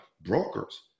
Brokers